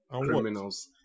criminals